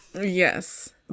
Yes